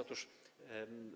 Otóż